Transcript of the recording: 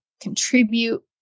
contribute